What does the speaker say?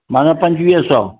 माना पंजुवीह सौ